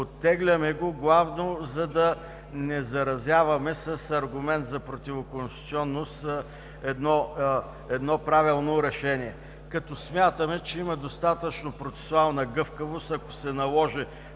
Оттегляме го главно, за да не заразяваме с аргумент за противоконституционност едно правилно решение. Смятаме, че имаме достатъчно процесуална гъвкавост, ако се наложи